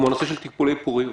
כמו הנושא של טיפולי פוריות.